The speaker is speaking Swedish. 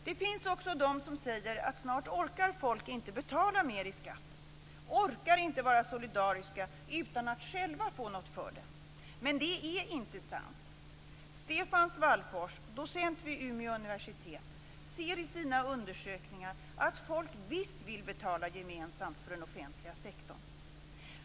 Det finns också de som säger att folk snart inte orkar betala mer i skatt, orkar inte vara solidariska utan att själva få något för det. Med det är inte sant. Stefan Svallfors, docent vid Umeå universitet, ser i sina undersökningar att folk visst vill betala gemensamt för den offentliga sektorn.